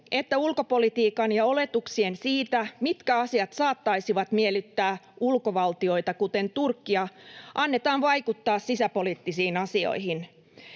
että ulkopolitiikan ja oletuksien siitä, mitkä asiat saattaisivat miellyttää ulkovaltioita, kuten Turkkia, annetaan vaikuttaa sisäpoliittisiin asioihin.